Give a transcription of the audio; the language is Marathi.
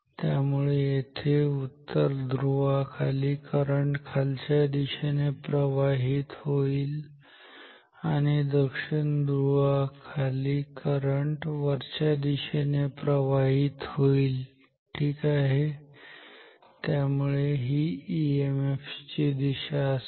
त्यामुळे येथे उत्तर ध्रुवा खाली करंट खालच्या दिशेने प्रवाहित होईल आणि दक्षिण ध्रुवावर खाली करंट वरच्या दिशेने प्रवाहित होईल ठीक आहे त्यामुळे ही ईएमएफ ची दिशा असेल